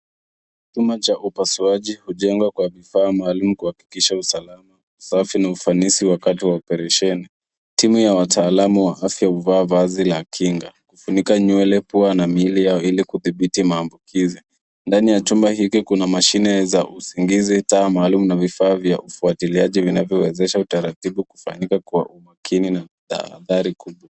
Chumba cha upasuaji hujengwa kwa vifaa maalum kuhakikisha usalama, usafi na ufanisi wakati wa operesheni. Timu ya wataalum wa afya huvaa vazi la kinga kufunikwa nywele, pua na mili yao maambukizi. Ndani ya chumba hiki kuna mashine za usingizi na vifaa vya ufuatiliaji vinavyowezesha utaratibu kufanyika kwa umakini na tahadhari kubwa.